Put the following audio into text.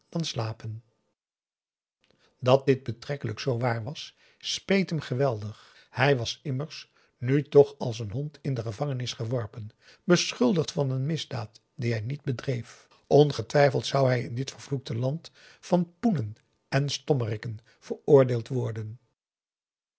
dan slapen dat dit betrekkelijk zoo waar was speet hem geweldig hij was immers nu toch als een hond in de gevangenis geworpen beschuldigd van een misdaad die hij niet bedreef ongetwijfeld zou hij in dit vervloekte land van poenen en stommeriken veroordeeld worden